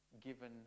Given